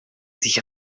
sich